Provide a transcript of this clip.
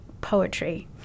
poetry